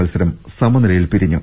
മത്സരം സമനിലയിൽ പിരിഞ്ഞു